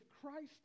Christ